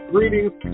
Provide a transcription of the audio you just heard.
Greetings